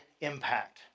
impact